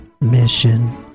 mission